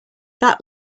that